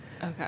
Okay